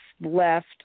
left